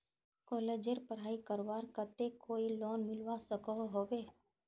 कॉलेजेर पढ़ाई करवार केते कोई लोन मिलवा सकोहो होबे?